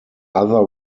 other